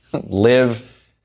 live